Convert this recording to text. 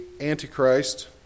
Antichrist